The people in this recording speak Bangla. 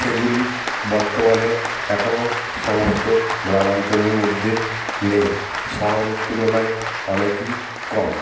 সেগুলি বর্তমানে এখনও সমস্ত গ্রামাঞ্চলের মধ্যে নেই শহরের তুলনায় অনেকই কম